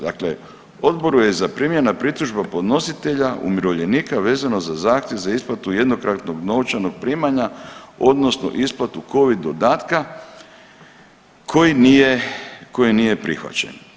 Dakle, u odboru je zaprimljena pritužba podnositelja umirovljenika vezano za zahtjev za isplatu jednokratnog novčanog primanja odnosno isplatu Covid dodatka koji nije, koji nije prihvaćen.